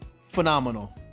phenomenal